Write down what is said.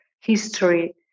history